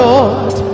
Lord